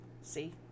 see